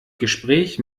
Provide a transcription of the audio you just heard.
gespräch